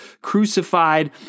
crucified